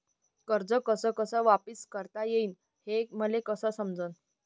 कर्ज कस कस वापिस करता येईन, हे मले कस समजनं?